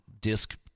disk